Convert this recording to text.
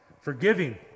Forgiving